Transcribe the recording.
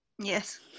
yes